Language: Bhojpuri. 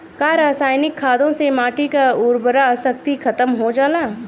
का रसायनिक खादों से माटी क उर्वरा शक्ति खतम हो जाला?